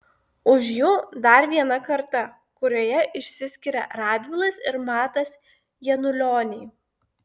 už jų dar viena karta kurioje išsiskiria radvilas ir matas janulioniai